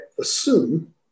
assume